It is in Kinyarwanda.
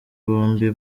bombi